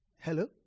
Hello